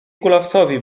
kulawcowi